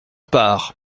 pars